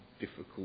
difficult